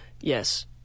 yes